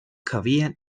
cabía